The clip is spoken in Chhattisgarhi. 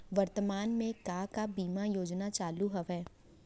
वर्तमान में का का बीमा योजना चालू हवये